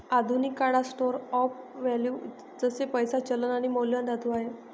आधुनिक काळात store of value जसे पैसा, चलन आणि मौल्यवान धातू आहे